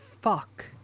fuck